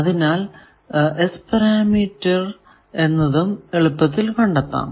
അതിനാൽ S parameter എന്നതും എളുപ്പത്തിൽ കണ്ടെത്താം